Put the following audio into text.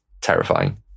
terrifying